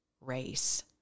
race